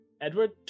Edward